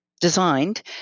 designed